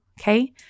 Okay